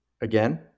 again